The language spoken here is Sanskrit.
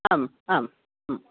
आम् आं